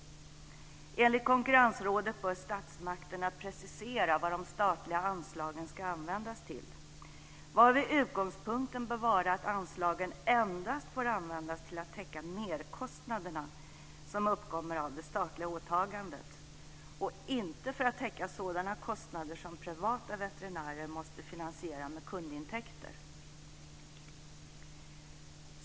Enligt Konkurrensrådet bör statsmakterna precisera vad de statliga anslagen ska användas till, varvid utgångspunkten bör vara att anslagen endast får användas till att täcka merkostnaderna som uppkommer av det statliga åtagandet och inte för att täcka sådana kostnader som privata veterinärer måste finansiera med kundintäkter.